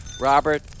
Robert